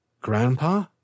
Grandpa